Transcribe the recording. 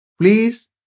Please